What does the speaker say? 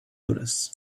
lotus